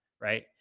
Right